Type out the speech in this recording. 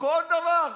כל דבר.